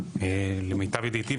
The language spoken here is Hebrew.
למיטב ידיעתי,